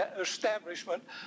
establishment